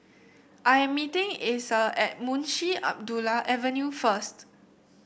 I am meeting Asa at Munshi Abdullah Avenue first